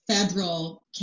federal